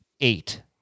eight